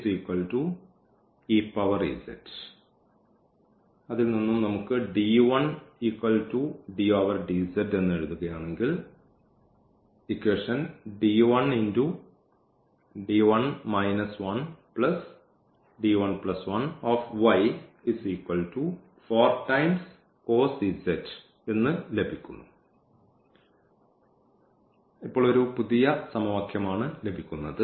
ഇപ്പോൾ ഒരു പുതിയ സമവാക്യമാണ് ലഭിക്കുന്നത്